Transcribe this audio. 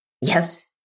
Yes